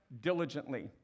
diligently